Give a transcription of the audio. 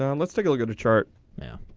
ah and let's take a look at a chart now.